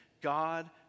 God